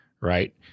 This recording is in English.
right